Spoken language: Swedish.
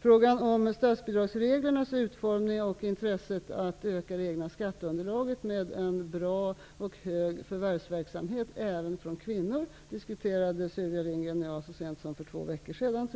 Frågan om statsbidragsreglernas utformning och intresset av att öka det egna skatteunderlaget med en bra och hög förvärvsverksamhet även för kvinnor diskuterade Sylvia Lindgren och jag så sent som för två veckor sedan.